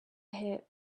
hit